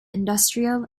industrial